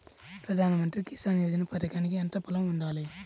ప్రధాన మంత్రి కిసాన్ యోజన పథకానికి ఎంత పొలం ఉండాలి?